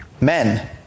Men